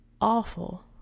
awful